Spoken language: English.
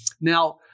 Now